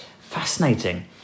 fascinating